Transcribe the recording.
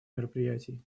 мероприятий